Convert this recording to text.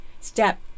Step